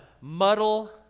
muddle